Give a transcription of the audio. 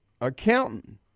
accountant